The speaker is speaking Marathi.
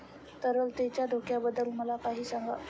तरलतेच्या धोक्याबद्दल मला काही सांगा